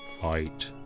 fight